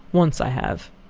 once i have.